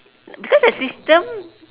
because the system